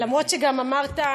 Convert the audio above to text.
למרות שגם אמרת,